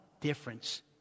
difference